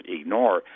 ignore